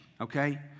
okay